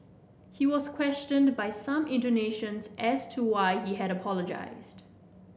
he was questioned by some Indonesians as to why he had apologised